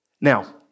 Now